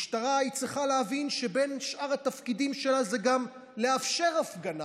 משטרה צריכה להבין שבין שאר התפקידים שלה זה גם לאפשר הפגנה